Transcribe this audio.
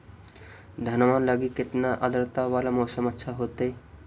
धनमा लगी केतना आद्रता वाला मौसम अच्छा होतई?